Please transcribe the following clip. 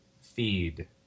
feed